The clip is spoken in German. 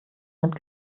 sind